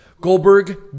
goldberg